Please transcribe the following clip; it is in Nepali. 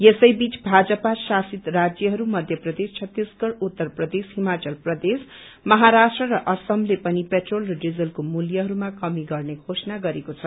यसै बीच भाजपा शासित राज्यहरू मध्य प्रदेश छत्तिसगढ़ उत्तर प्रदेश हिमाचल प्रदेदश महाराष्ट्र र असमले पनि पेट्रोल र डिजलको मूल्यहरूमा कमी गर्ने घोषणा गरेको छ